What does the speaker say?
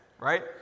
right